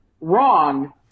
wrong